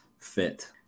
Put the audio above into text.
fit